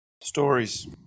stories